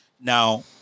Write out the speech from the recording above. Now